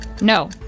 No